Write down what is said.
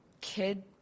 kid